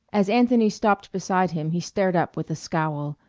as anthony stopped beside him he stared up with a scowl,